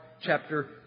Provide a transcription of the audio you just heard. chapter